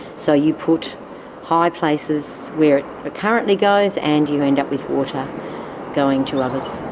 so you put high places where it currently goes and you end up with water going to others.